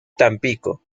tampico